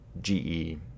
GE